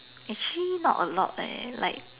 actually not a lot leh like